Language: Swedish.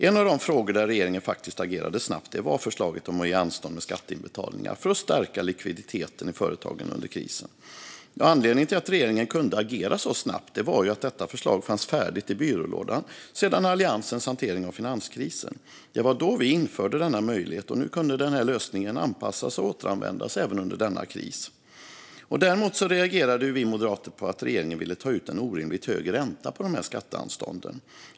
En av de frågor där regeringen faktiskt agerade snabbt var förslaget om att ge anstånd med skatteinbetalningar för att stärka likviditeten i företagen under krisen. Anledningen till att regeringen kunde agera så snabbt var att detta förslag fanns färdigt i byrålådan sedan Alliansens hantering av finanskrisen. Det var då vi införde denna möjlighet, och nu kunde den lösningen anpassas och återanvändas även under denna kris. Däremot reagerade vi moderater på att regeringen ville ta ut en orimligt hög ränta på skatteanstånden.